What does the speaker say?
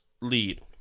lead